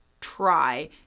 try